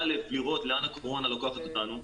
א' לראות לאן הקורונה לוקחת אותנו,